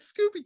scooby